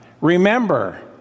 Remember